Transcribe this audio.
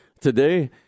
today